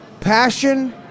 passion